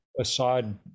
Assad